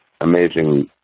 amazing